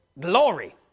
Glory